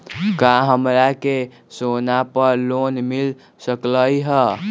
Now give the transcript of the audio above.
का हमरा के सोना पर लोन मिल सकलई ह?